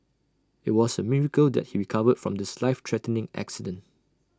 IT was A miracle that he recovered from this life threatening accident